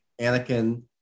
Anakin